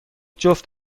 جفت